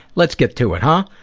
let's get to it, huh?